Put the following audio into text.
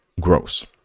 grows